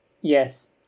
Yes